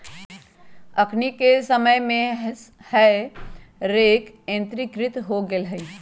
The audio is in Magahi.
अखनि के समय में हे रेक यंत्रीकृत हो गेल हइ